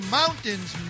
mountains